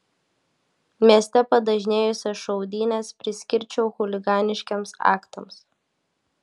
mieste padažnėjusias šaudynes priskirčiau chuliganiškiems aktams